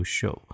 show